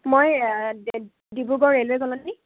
মই Dibrugarh railway colony